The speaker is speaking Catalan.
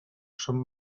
són